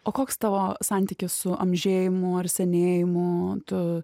o koks tavo santykis su amžėjimu ar senėjimu tu